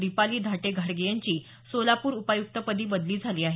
दीपाली धाटे घाडगे यांची सोलापूर उपायुक्तपदी बदली झाली आहे